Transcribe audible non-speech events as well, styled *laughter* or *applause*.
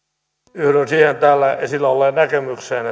yhdyn siihen täällä esillä olleeseen näkemykseen *unintelligible*